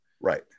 right